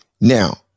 now